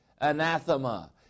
anathema